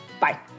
Bye